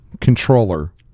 controller